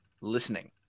listening